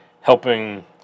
helping